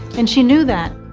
and she knew that.